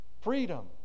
freedom